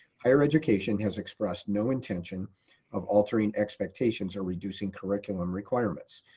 higher education has expressed no intention of altering expectations or reducing curriculum requirements.